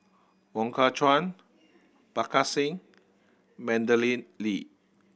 Wong Kah Chun Parga Singh Madeleine Lee